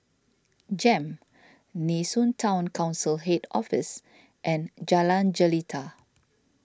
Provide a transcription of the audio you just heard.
Jem Nee Soon Town Council Head Office and Jalan Jelita